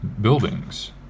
buildings